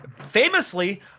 Famously